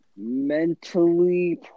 Mentally